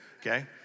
okay